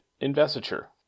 investiture